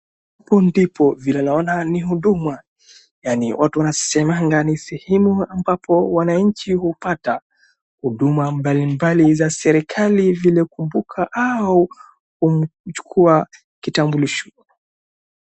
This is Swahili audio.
Huku ndiko vile naona ni huduma, yaani watu wanasemanga ni sehemu ambapo wanaanchi hupata huduma mbalimbali za serikali vile kubuka au kuchukua kitambulisho.